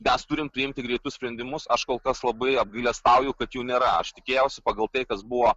mes turim priimti greitus sprendimus aš kol kas labai apgailestauju kad jų nėra aš tikėjausi pagal tai kas buvo